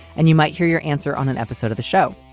and you might hear your answer on an episode of the show.